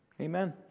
Amen